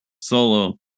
Solo